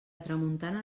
tramuntana